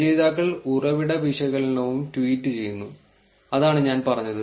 രചയിതാക്കൾ ഉറവിട വിശകലനവും ട്വീറ്റ് ചെയ്യുന്നു അതാണ് ഞാൻ പറഞ്ഞത്